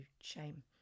shame